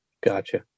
gotcha